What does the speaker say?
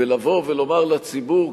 ולבוא ולומר לציבור,